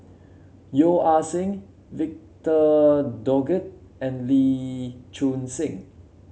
Yeo Ah Seng Victor Doggett and Lee Choon Seng